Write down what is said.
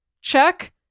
check